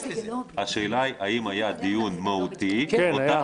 השאלה היא אם היה דיון מהותי -- כן, היה.